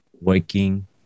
working